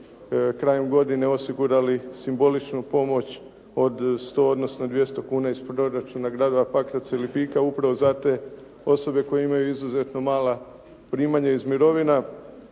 krajem godine osigurali simboličnu pomoć od 100, odnosno 200 kuna iz proračuna gradova Pakraca i Lipika upravo za te osobe koje imaju izuzetno mala primanja iz mirovina.